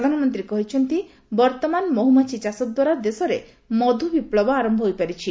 ପ୍ରଧାନମନ୍ତ୍ରୀ କହିଛନ୍ତି ବର୍ତ୍ତମାନ ମହୁମାଛି ଚାଷଦ୍ୱାରା ଦେଶରେ ମଧୁ ବିପ୍ଳବ ଆରମ୍ଭ ହୋଇପାରିଛି